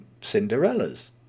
Cinderella's